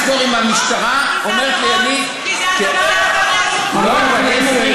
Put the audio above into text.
כן, כן, כי אלה עבירות לא פחות חשובות, למה?